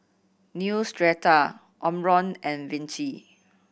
Neostrata Omron and Vichy